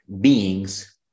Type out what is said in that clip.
beings